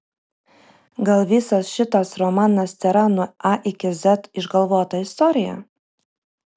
gal visas šitas romanas tėra nuo a iki z išgalvota istorija